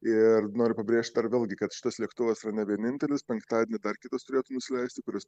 ir noriu pabrėžt dar vėlgi kad šitas lėktuvas yra ne vienintelis penktadienį dar kitas turėtų nusileisti kuris